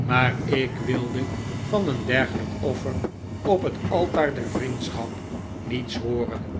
maar ik wilde van een dergelijk offer op het altaar der vriendschap niets hooren